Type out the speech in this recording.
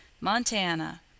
Montana